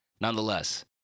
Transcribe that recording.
Nonetheless